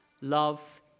Love